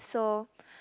so